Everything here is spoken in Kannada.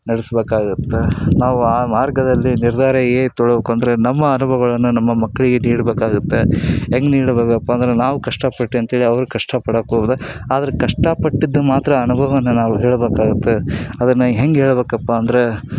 ನಡೆಸ್ಬೇಕಾಗಿರುತ್ತೆ ನಾವು ಆ ಮಾರ್ಗದಲ್ಲಿ ನಿರ್ಧಾರ ಏ ತಗೊಳ್ಬೇಕು ಅಂದರೆ ನಮ್ಮ ಅನುಭವಗಳನ್ನು ನಮ್ಮ ಮಕ್ಕಳಿಗೆ ನೀಡಬೇಕಾಗುತ್ತೆ ಹೆಂಗೆ ನೀಡಬೇಕಪ್ಪ ಅಂದರೆ ನಾವು ಕಷ್ಟಪಟ್ವಿ ಅಂಥೇಳಿ ಅವರು ಕಷ್ಟಪಡೋಕೋಗ್ದೆ ಆದರೆ ಕಷ್ಟಪಟ್ಟಿದ ಮಾತ್ರ ಅನುಭವವನ್ನು ನಾವು ಹೇಳಬೇಕಾಗುತ್ತೆ ಅದನ್ನು ಹೆಂಗೆ ಹೇಳಬೇಕಪ್ಪ ಅಂದರೆ